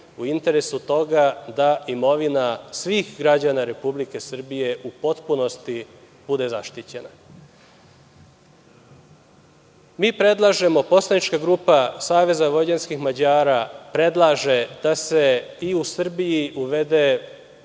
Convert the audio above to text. u interesu toga da imovina svih građana Republike Srbije u potpunosti bude zaštićena. Mi predlažemo, poslanička grupa SVM predlaže da se i u Srbiji uvede